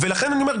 לכן אני אומר,